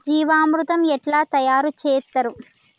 జీవామృతం ఎట్లా తయారు చేత్తరు?